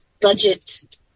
budget